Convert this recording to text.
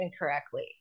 incorrectly